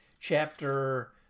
chapter